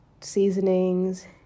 seasonings